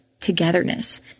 togetherness